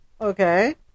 okay